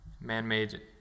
man-made